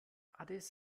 addis